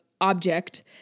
object